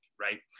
right